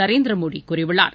நரேந்திரமோடிகூறியுள்ளார்